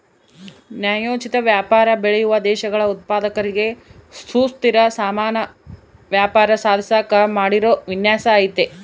ನ್ಯಾಯೋಚಿತ ವ್ಯಾಪಾರ ಬೆಳೆಯುವ ದೇಶಗಳ ಉತ್ಪಾದಕರಿಗೆ ಸುಸ್ಥಿರ ಸಮಾನ ವ್ಯಾಪಾರ ಸಾಧಿಸಾಕ ಮಾಡಿರೋ ವಿನ್ಯಾಸ ಐತೆ